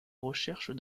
recherche